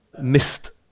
missed